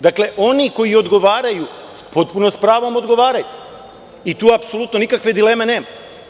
Dakle, oni koji odgovaraju, potpuno sa pravom odgovaraju i tu apsolutno nikakve dileme nema.